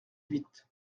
huit